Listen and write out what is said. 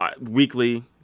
weekly